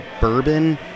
bourbon